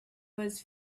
was